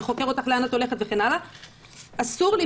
חוקר אותך לאן את הולכת וכן הלאה - אסור